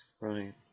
Right